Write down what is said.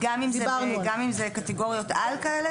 גם אם זה קטגוריות על כאלה?